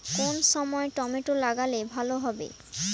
কোন সময় টমেটো লাগালে ভালো হবে?